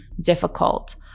difficult